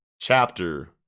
Chapter